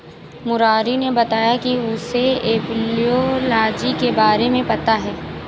मुरारी ने बताया कि उसे एपियोलॉजी के बारे में पता है